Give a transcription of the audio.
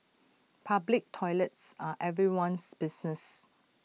public toilets are everyone's business